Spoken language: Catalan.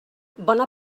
bona